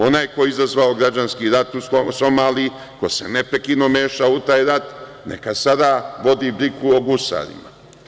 Onaj ko je izazvao građanski rat u Somaliji, ko se neprekidno meša u taj rat, neka sada vodi brigu o gusarima.